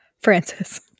Francis